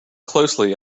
closely